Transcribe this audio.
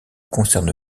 concerne